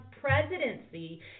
presidency